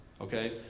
okay